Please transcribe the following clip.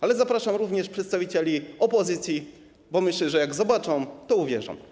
Ale zapraszam także przedstawicieli opozycji, bo myślę, że jak zobaczą, to uwierzą.